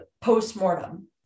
post-mortem